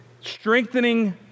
strengthening